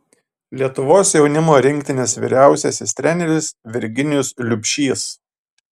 lietuvos jaunimo rinktinės vyriausiasis treneris virginijus liubšys